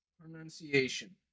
Pronunciation